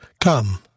Come